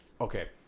Okay